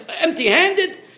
empty-handed